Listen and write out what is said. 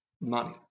money